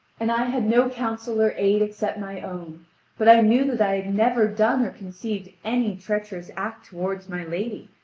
and i had no counsel or aid except my own but i knew that i had never done or conceived any treacherous act toward my lady,